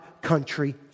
country